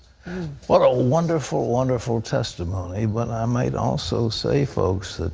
but a wonderful, wonderful testimony. but i might also say, folks, that,